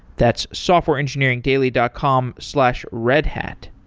that's softwareengineeringdaily dot com slash redhat.